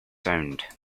sound